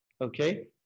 okay